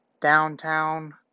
downtown